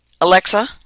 Alexa